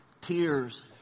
tears